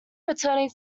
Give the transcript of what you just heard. returning